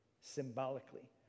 symbolically